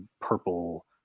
purple